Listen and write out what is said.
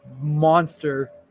monster